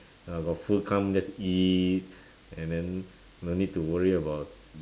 ah got food come just eat and then no need to worry about